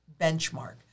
benchmark